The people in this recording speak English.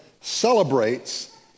celebrates